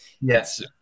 yes